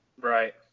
Right